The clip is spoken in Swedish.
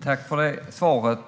Fru talman! Jag tackar för det svaret.